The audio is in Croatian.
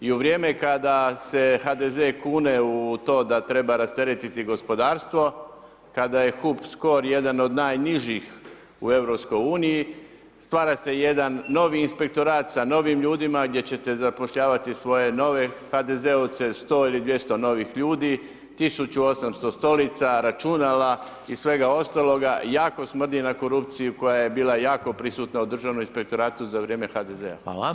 I u vrijeme kada se HDZ kune u to da treba rasteretiti gospodarstvo, kada je HUP scor jedan od najnižih u EU, stvara se jedan novi inspektorat, sa novim ljudima, gdje ćete zapošljavati svoje nove HDZ-ovce, 100 ili 200 novih ljudi, 1800 stolica, računala i svega ostaloga, jako smrdi na korupciju, koja je bila jako prisutna u državnom inspektoratu za vrijeme HDZ-a.